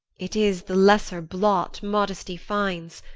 it is the lesser blot, modesty finds,